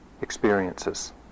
experiences